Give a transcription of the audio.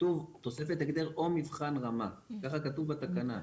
כתוב "תוספת הגדר או מבחן רמה", כך כתוב בתקנה.